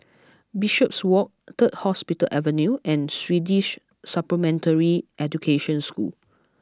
Bishopswalk Third Hospital Avenue and Swedish Supplementary Education School